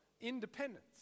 independence